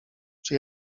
czy